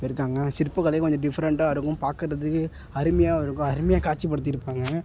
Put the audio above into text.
போயிருக்காங்க சிற்பக்கலை கொஞ்சம் டிஃப்ரெண்டாக இருக்கும் பார்க்கறதுக்கு அருமையாகவும் இருக்கும் அருமையாக காட்சிப்படுத்தியிருப்பாங்க